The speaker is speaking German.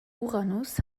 uranus